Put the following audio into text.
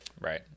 Right